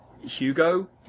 Hugo